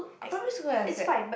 primary school and sec